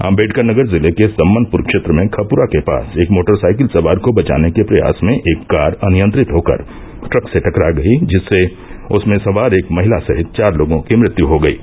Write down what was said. आम्बेडकरनगर जिले के सम्मनपुर क्षेत्र में खपुरा के पास एक मोटरसाइकिल सवार को बचाने के प्रयास में एक कार अनियंत्रित होकर ट्रक से टकरा गयी जिससे उसमें सवार एक महिला सहित चार लोगों की मृत्यु हो गयी